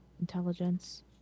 Intelligence